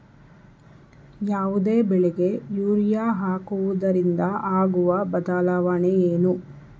ಯಾವುದೇ ಬೆಳೆಗೆ ಯೂರಿಯಾ ಹಾಕುವುದರಿಂದ ಆಗುವ ಬದಲಾವಣೆ ಏನು?